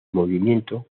movimiento